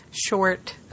short